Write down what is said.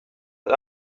but